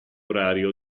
orario